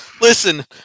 Listen